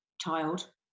child